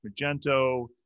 Magento